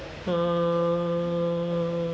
err